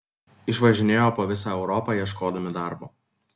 išvažinėjo po visą europą ieškodami darbo